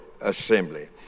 assembly